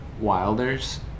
Wilder's